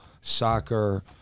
soccer